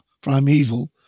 Primeval